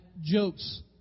jokes